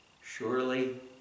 Surely